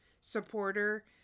supporter